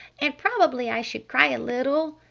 and probably i should cry a little,